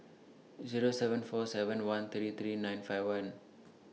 Zero seven four seven one three three nine five one